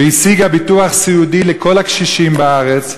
והשיגה ביטוח סיעודי לכל הקשישים בארץ,